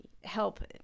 help